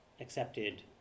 accepted